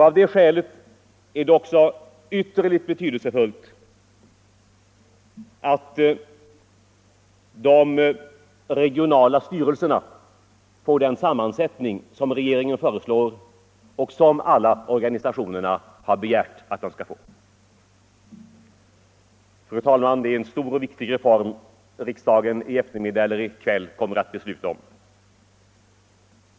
Av det skälet är det också ytterligt betydelsefullt att de regionala styrelserna får den sammansättning som regeringen föreslår och som alla organisationerna har begärt. Fru talman! Det är en stor och viktig reform som riksdagen i eftermiddag eller i kväll kommer att fatta beslut om.